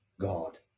God